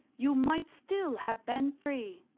you might still have been free.